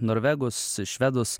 norvegus švedus